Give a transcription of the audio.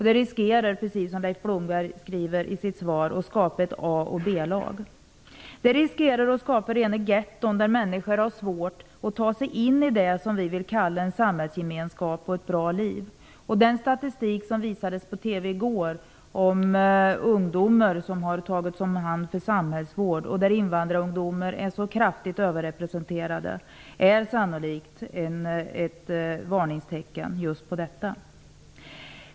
Det riskerar också, precis som Leif Blomberg säger i sitt svar, att skapa ett a eller b-lag. Det finns risk för att det skapas fler getton där människor får det svårt att ta sig in i det som vi vill kalla för en samhällsgemenskap och ett bra liv. Den statistik som visades på TV i går över ungdomar som hade tagits om hand för samhällsvård, där invandrarungdomar är kraftigt överrepresenterade, är sannolikt ett varningstecken på just detta.